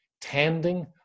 tending